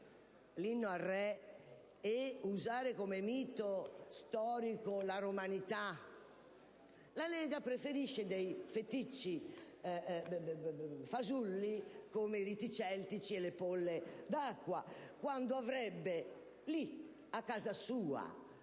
l'«Inno al re» e usare come mito storico la romanità, la Lega preferisce dei feticci fasulli come i riti celtici e le polle d'acqua, quando avrebbe lì, a casa sua,